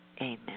amen